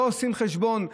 לא עושים חשבון,